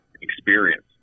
experience